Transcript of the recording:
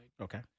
okay